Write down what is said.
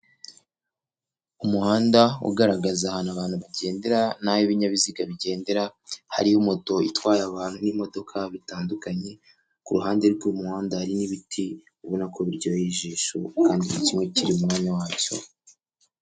Umuhanda ugaragaza ahantu abantu bagendera, n'aho ibinyabiziga bigendera, hari moto itwaye abantu, n'imodoka bitandukanye, ku ruhande rw'umuhanda hari n'ibiti, ubona ko biryoheye ijisho, kandi buri kimwe kiri mu mwanya wacyo.